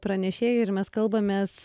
pranešėjai ir mes kalbamės